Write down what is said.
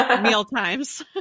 mealtimes